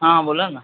हां बोला ना